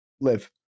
live